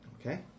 Okay